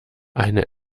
eine